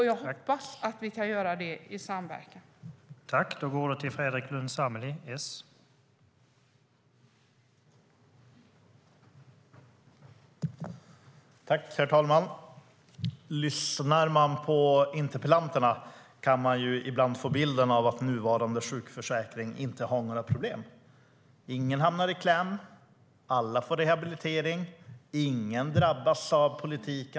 Jag hoppas att vi kan göra det i samverkan.